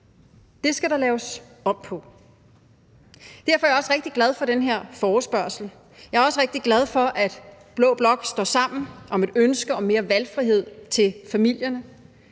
det skal der laves om på. Derfor er jeg også rigtig glad for den her forespørgsel. Jeg er også rigtig glad for, at blå blok står sammen om et ønske om mere valgfrihed til familierne,